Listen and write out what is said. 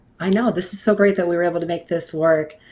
i know this is so great that we were able to make this work.